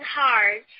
hard